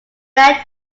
rhett